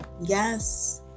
Yes